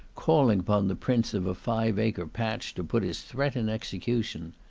calling upon the prince of a five acre patch to put his threat in execution.